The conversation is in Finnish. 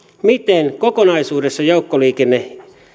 miten kokonaisuudessa joukkoliikenne